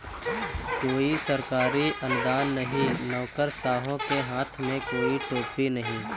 कोई सरकारी अनुदान नहीं, नौकरशाहों के हाथ में कोई टोपी नहीं